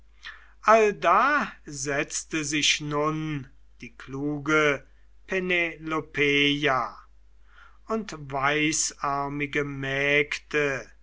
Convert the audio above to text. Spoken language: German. allda setzte sich nun die kluge penelopeia und weißarmige mägde